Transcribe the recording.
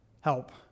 help